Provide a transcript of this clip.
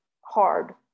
hard